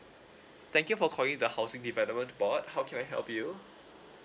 thank you for calling the housing development board how can I help you